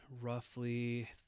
roughly